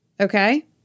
Okay